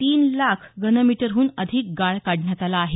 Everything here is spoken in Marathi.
तीन लाख घनमीटरहून अधिक गाळ काढण्यात आला आहे